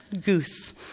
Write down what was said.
Goose